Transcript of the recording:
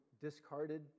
discarded